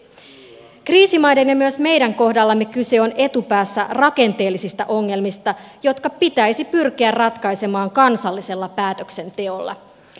kriisimaiden ja myös meidän kohdallamme kyse on etupäässä rakenteellisista ongelmista jotka pitäisi pyrkiä ratkaisemaan kansallisella päätöksenteolla